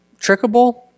trickable